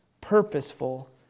purposeful